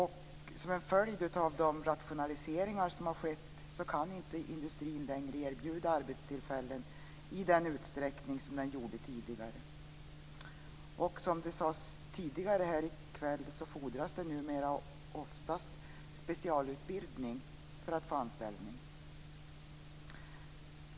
Som en följd av de rationaliseringar som har skett kan inte industrin längre erbjuda arbetstillfällen i den utsträckning som den gjorde tidigare. Som det sades tidigare här i kväll fordras det numera oftast specialutbildning för att få anställning.